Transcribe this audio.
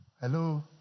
Hello